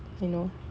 you know